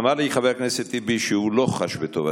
אמר לי חבר הכנסת טיבי שהוא לא חש בטוב,